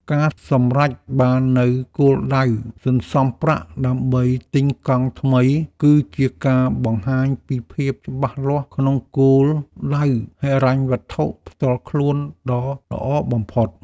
ការសម្រេចបាននូវគោលដៅសន្សំប្រាក់ដើម្បីទិញកង់ថ្មីគឺជាការបង្ហាញពីភាពច្បាស់លាស់ក្នុងគោលដៅហិរញ្ញវត្ថុផ្ទាល់ខ្លួនដ៏ល្អបំផុត។